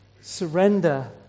Surrender